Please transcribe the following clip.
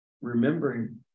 Remembering